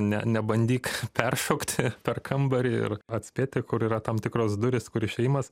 ne nebandyk peršokti per kambarį ir atspėti kur yra tam tikros durys kur išėjimas